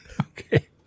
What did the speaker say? Okay